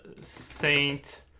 saint